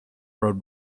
road